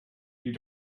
you